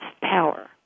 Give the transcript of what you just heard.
power